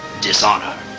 dishonor